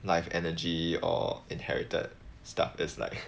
life energy or inherited start is like